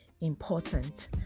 important